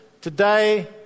today